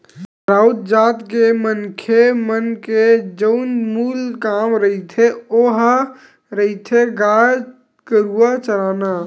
राउत जात के मनखे मन के जउन मूल काम रहिथे ओहा रहिथे गाय गरुवा चराना